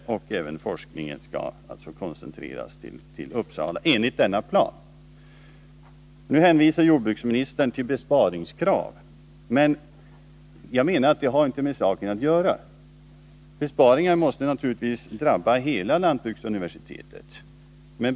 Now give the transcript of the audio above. Även forskningen skall koncentreras till Uppsala enligt denna plan. Nu hänvisar jordbruksministern till besparingskrav. Men det har inte med saken att göra. Besparingar måste naturligtvis drabba hela lantbruksuniversitetet.